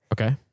Okay